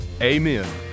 amen